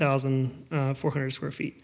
thousand four hundred square feet